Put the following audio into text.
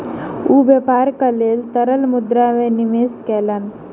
ओ व्यापारक लेल तरल मुद्रा में निवेश कयलैन